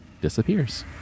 disappears